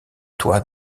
toit